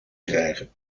krijgen